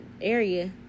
area